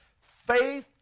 Faith